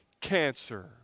cancer